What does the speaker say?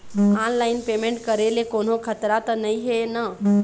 Online payment करे ले कोन्हो खतरा त नई हे न?